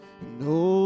No